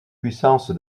puissance